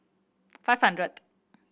five hundredth